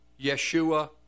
Yeshua